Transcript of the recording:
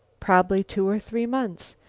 probably two or three months.